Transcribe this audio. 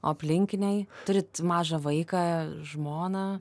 o aplinkiniai turit mažą vaiką žmoną